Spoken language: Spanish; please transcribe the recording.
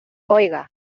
oiga